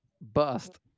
Bust